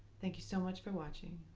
thank you so much for watching!